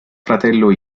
fratello